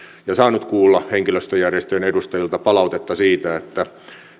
ja saanut kuulla henkilöstöjärjestöjen edustajilta palautetta siitä että